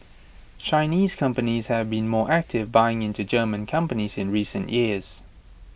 Chinese companies have been more active buying into German companies in recent years